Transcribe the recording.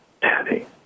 Daddy